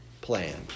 plan